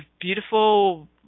beautiful